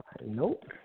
Nope